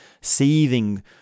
seething